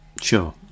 sure